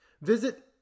Visit